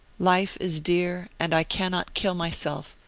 life is dear and i cannot kill myself,